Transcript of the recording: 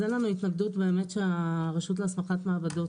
אז אין לנו התנגדות באמת שהרשות להסמכת מעבדות